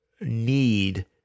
need